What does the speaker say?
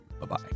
Bye-bye